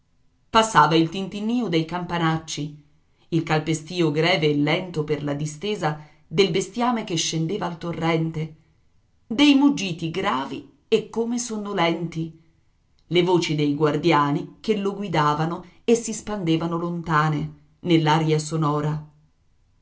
passava il tintinnìo dei campanacci il calpestìo greve e lento per la distesa del bestiame che scendeva al torrente dei muggiti gravi e come sonnolenti le voci dei guardiani che lo guidavano e si spandevano lontane nell'aria sonora